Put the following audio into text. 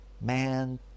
Man